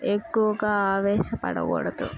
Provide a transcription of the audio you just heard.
ఎక్కువగా ఆవేశపడకూడదు